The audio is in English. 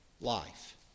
life